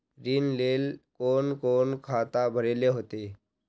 ऋण लेल कोन कोन खाता भरेले होते?